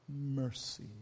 mercy